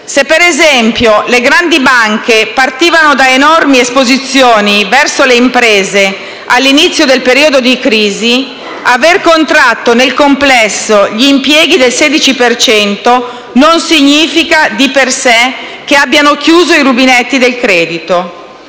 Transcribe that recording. Se, per esempio, le grandi banche partivano da enormi esposizioni verso le imprese all'inizio del periodo di crisi, aver contratto nel complesso gli impieghi del 16 per cento non significa, di per sé, che abbiano chiuso i rubinetti del credito.